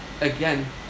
again